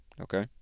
Okay